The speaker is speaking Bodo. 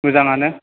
मोजाङानो